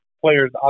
players